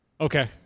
Okay